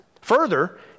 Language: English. Further